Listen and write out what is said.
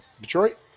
Detroit